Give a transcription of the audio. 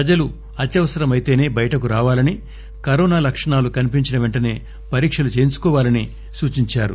ప్రజలు అత్యవసరమైతేసే బయటకు రావాలని కరోనా లక్షణాలు కనిపించిన పెంటనే పరీక్షలు చేయించుకోవాలని సూచించారు